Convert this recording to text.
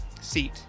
Seat